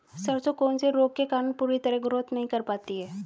सरसों कौन से रोग के कारण पूरी तरह ग्रोथ नहीं कर पाती है?